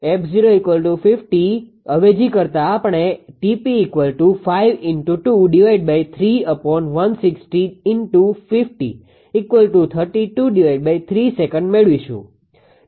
તેથી 𝐻𝑒𝑞 5 𝐷 3160 𝑓0 50 અવેજી કરતા આપણે મેળવીશું